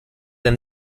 than